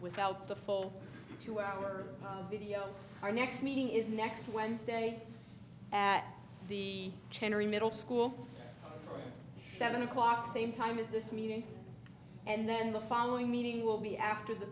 without the full two hour video our next meeting is next wednesday at the middle school for seven o'clock same time is this meeting and then the following meeting will be after the